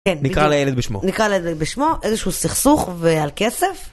נקרא לילד בשמו איזה שהוא סכסוך ועל כסף.